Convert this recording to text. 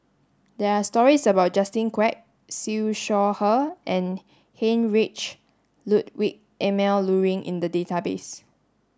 there are stories about Justin Quek Siew Shaw Her and Heinrich Ludwig Emil Luering in the database